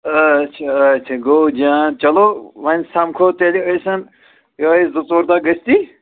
آچھا آچھا گوٚو جان چلو وۄنۍ سَمکھو تیٚلہِ أسۍ یِہوٚے زٕ ژور دۄہ گٔژھتھی